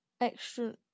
Extra